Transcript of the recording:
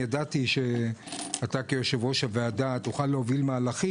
ידעתי שאתה כיושב ראש הוועדה תוכל להוביל מהלכים